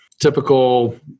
typical